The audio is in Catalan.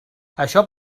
això